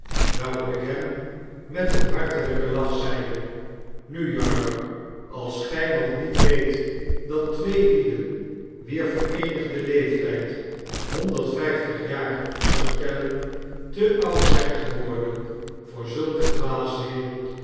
waarop ik hem met een hartelijken lach zeide w nu jarber als gij nog niet weet dat twee lieden wier vereenigde leeftyd honderd vyftig jaar zoutellen te oud zyn geworden voor zulke dwaasheden